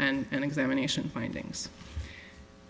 and examination findings